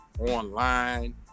online